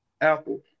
Apple